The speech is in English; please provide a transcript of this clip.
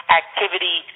activity